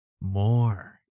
more